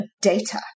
data